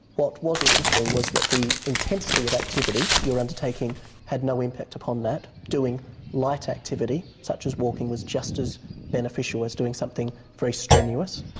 what was interesting was that the intensity of activity you're undertaking had no impact upon that, doing light activity such as walking was just as beneficial as doing something very strenuous.